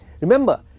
Remember